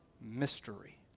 mystery